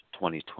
2020